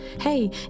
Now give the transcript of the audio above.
hey